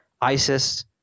ISIS